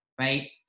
right